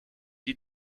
die